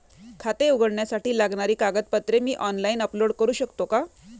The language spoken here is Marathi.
खाते उघडण्यासाठी लागणारी कागदपत्रे मी ऑनलाइन अपलोड करू शकतो का?